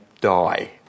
Die